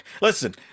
listen